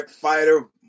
fighter